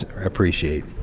appreciate